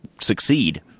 succeed